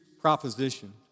proposition